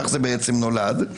כך זה בעצם נולד.